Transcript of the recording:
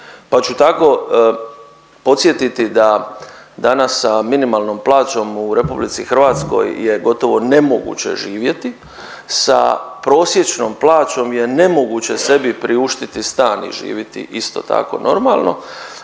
Pa ću tako podsjetiti da danas sa minimalnom plaćom u RH je gotovo nemoguće živjeti, sa prosječnom plaćom je nemoguće sebi priuštiti stan i živjeti isto tako normalno,